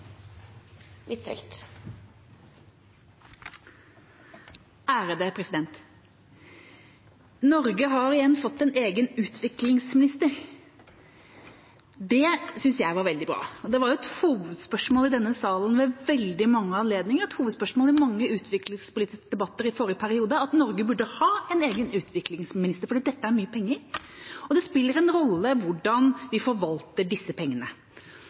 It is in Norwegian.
veldig bra. Det var et hovedspørsmål i denne salen ved veldig mange anledninger og et hovedspørsmål i mange utviklingspolitiske debatter i forrige periode at Norge burde ha en egen utviklingsminister, fordi dette er mye penger, og det spiller en rolle hvordan vi forvalter disse pengene.